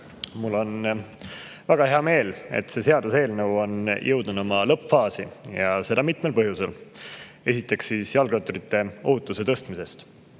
Mul on väga hea meel, et see seaduseelnõu on jõudnud lõppfaasi, ja seda mitmel põhjusel. Esiteks jalgratturite ohutuse tõstmisest.